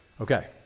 Okay